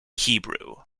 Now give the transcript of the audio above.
hebrew